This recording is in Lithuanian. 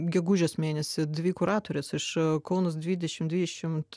gegužės mėnesį dvi kuratores iš kaunas dvidešim dvidešimt